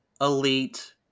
Elite